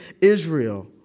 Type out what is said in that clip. Israel